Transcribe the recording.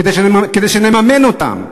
כדי שנממן אותם,